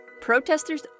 Protesters